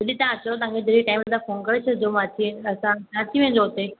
जॾहिं तव्हां अचो तव्हांखे जॾहिं टाइम हुजे तव्हांजे फ़ोन करे छॾिजो मां अची तव्हांसां तव्हां अची वञजो उते